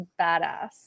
badass